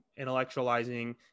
intellectualizing